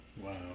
Wow